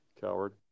coward